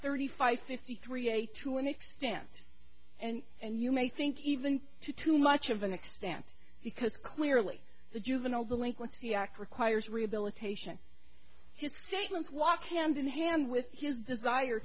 thirty five fifty three a to an extent and and you may think even to too much of an extent because clearly the juvenile delinquency act requires rehabilitation his statements walk hand in hand with his desire